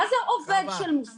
מה זה "עובד של מוסך"?